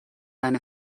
deine